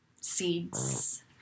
seeds